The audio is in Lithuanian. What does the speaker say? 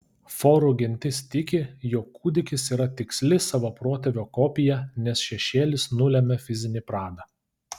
forų gentis tiki jog kūdikis yra tiksli savo protėvio kopija nes šešėlis nulemia fizinį pradą